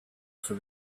for